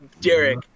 Derek